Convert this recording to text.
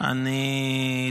זאת אלקין, בבקשה.